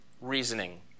reasoning